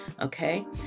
okay